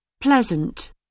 Pleasant